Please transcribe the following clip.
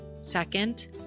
Second